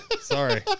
sorry